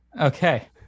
Okay